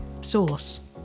source